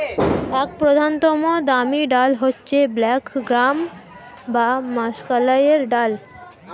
এক প্রধানতম দামি ডাল হচ্ছে ব্ল্যাক গ্রাম বা মাষকলাইয়ের ডাল